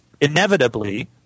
inevitably